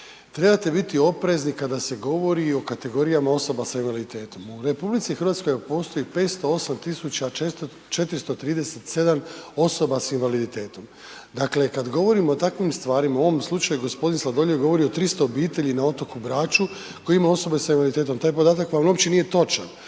trebate biti oprezni kada se govori i o kategorijama osoba s invaliditetom. U RH vam postoji 508.437 osoba s invaliditetom, dakle kad govorimo o takvim stvarima u ovom slučaju gospodin Sladoljev govori o 300 obitelji na otoku Braču koji ima osobe s invaliditetom, taj podatak vam uopće nije točan,